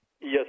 Yes